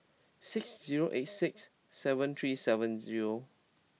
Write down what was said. six zero eight six seven three seven zero